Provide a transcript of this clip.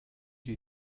you